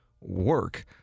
work